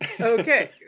okay